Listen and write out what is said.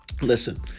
Listen